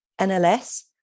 NLS